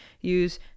use